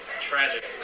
tragic